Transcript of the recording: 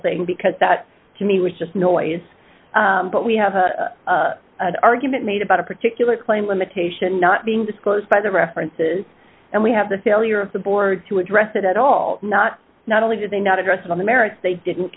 thing because that to me was just noise but we have a argument made about a particular claim limitation not being disclosed by the references and we have the failure of the board to address it at all not not only did they not address it on the merits they didn't